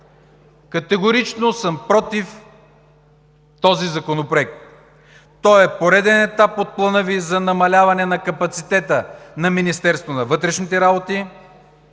Категорично съм против този законопроект. Той е пореден етап от плана Ви за намаляване на капацитета на Министерството на вътрешните работи